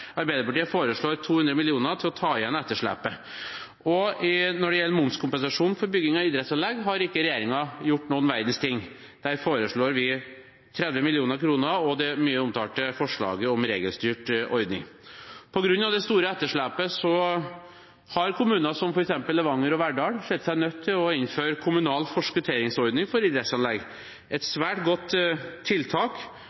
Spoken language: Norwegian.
Arbeiderpartiet foreslår 200 mill. kr til å ta igjen etterslepet. Når det gjelder momskompensasjon for bygging av idrettsanlegg, har ikke regjeringen gjort noen verdens ting. Der foreslår vi 30 mill. kr og det mye omtalte forslaget om regelstyrt ordning. På grunn av det store etterslepet har kommuner som f.eks. Levanger og Verdal sett seg nødt til å innføre en kommunal forskutteringsordning for idrettsanlegg, et